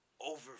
over